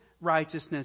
righteousness